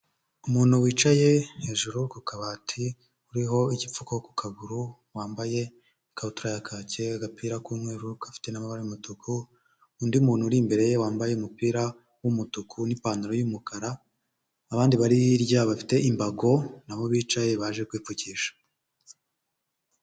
Umuntu wicaye hejuru ku kabati, uriho igipfuko ku kaguru, wambaye ikabutura ya kake, agapira k'umweru gafite n'amabara y'umutuku, undi muntu uri imbere wambaye umupira w'umutuku n'ipantaro y'umukara, abandi bari hirya bafite imbago, na bo bicaye baje kwipfukisha.